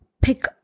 pick